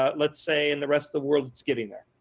ah let's say in the rest of the world it's getting there.